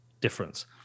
difference